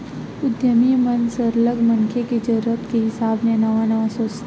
उद्यमी मन सरलग मनखे के जरूरत के हिसाब ले नवा नवा सोचथे